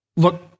Look